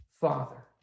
Father